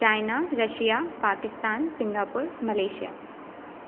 China Russia Pakistan Singapore Malaysia